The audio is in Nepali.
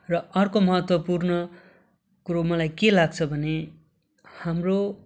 र अर्को महत्त्वपूर्ण कुरो मलाई के लाग्छ भने हाम्रो